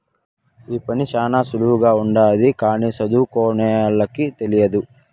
ఈ పని శ్యానా సులువుగానే ఉంటది కానీ సదువుకోనోళ్ళకి తెలియదు